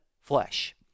flesh